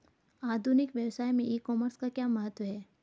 आधुनिक व्यवसाय में ई कॉमर्स का क्या महत्व है?